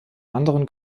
anderen